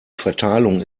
verteilung